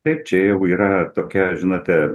taip čia jau yra tokia žinote